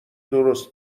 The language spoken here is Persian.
درست